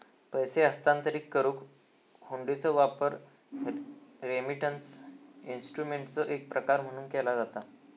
पैसो हस्तांतरित करुक हुंडीचो वापर रेमिटन्स इन्स्ट्रुमेंटचो एक प्रकार म्हणून केला जाता